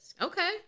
Okay